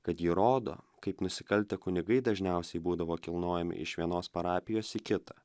kad ji rodo kaip nusikaltę kunigai dažniausiai būdavo kilnojami iš vienos parapijos į kitą